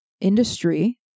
industry